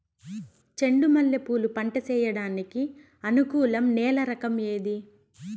చెండు మల్లె పూలు పంట సేయడానికి అనుకూలం నేల రకం ఏది